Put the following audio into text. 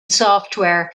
software